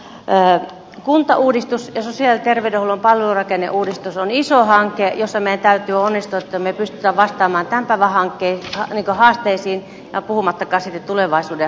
kuntauudistus ja sosiaali ja terveydenhuollon palvelurakenneuudistus on iso hanke jossa meidän täytyy onnistua jotta me pystymme vastaamaan tämän päivän haasteisiin puhumattakaan sitten tulevaisuuden haasteista